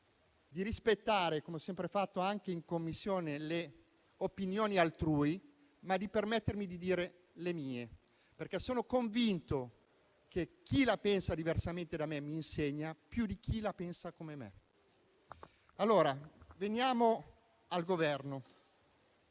di rispettare - come ho sempre fatto anche in Commissione - le opinioni altrui, ma di poter dire le mie, perché sono convinto che chi la pensa diversamente da me mi insegna più di chi la pensa come me. Veniamo al Governo.